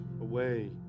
away